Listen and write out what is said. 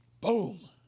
Boom